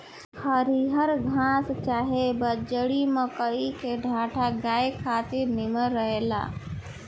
हरिहर घास चाहे बजड़ी, मकई के डांठ गाया खातिर निमन रहेला